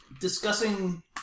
discussing